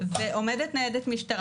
ועומדת ניידת משטרה